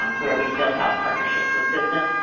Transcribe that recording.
um where we built our partnerships with business,